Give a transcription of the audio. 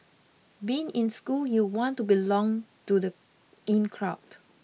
being in school you want to belong to the in crowd